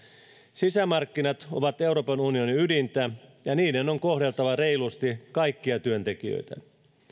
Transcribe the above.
sisämarkkinat ovat euroopan unionin ydintä ja niiden on kohdeltava reilusti kaikkia työntekijöitä